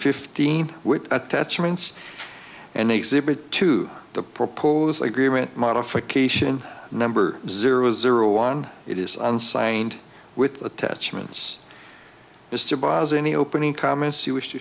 fifteen with attachments and exhibit two the proposal agreement modification number zero zero one it is unsigned with attachments mr bosler any opening comments you wish to